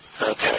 Okay